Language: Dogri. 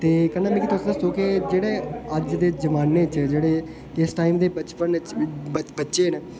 ते कन्नै मिगी तुस दस्सो ते जेह्ड़े अज दे जमाने च जेह्ड़े इस टाइम दे बचपन च जेह्ड़े बच्चे न